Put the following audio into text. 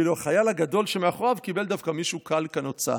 ואילו החייל הגדול שמאחוריו קיבל דווקא מישהו קל כנוצה.